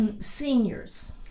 Seniors